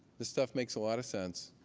this stuff makes a lot of sense,